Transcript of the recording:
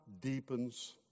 deepens